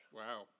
wow